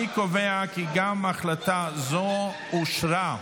אני קובע כי גם החלטה זו אושרה.